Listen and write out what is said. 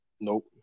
Nope